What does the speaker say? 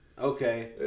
Okay